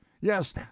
yes